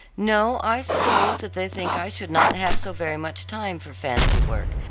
no, i suppose that they think i should not have so very much time for fancy work,